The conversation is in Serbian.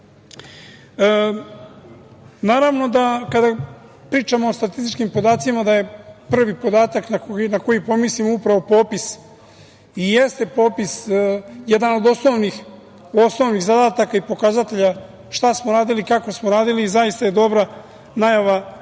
tačni. Naravno da kada pričao o statističkim podacima da je prvi podatak na koji pomislim upravo popis. I jeste popis jedan od osnovnih zadataka i pokazatelja šta smo radili, kako smo radili i zaista je dobra najava da